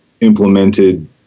implemented